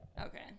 okay